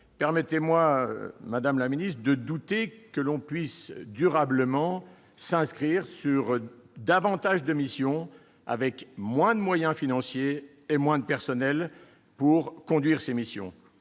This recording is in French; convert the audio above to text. Permettez-moi de douter que l'on puisse durablement agir sur davantage de missions avec moins de moyens financiers et moins de personnels pour conduire ces missions.